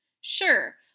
Sure